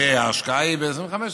וההשקעה היא 25%,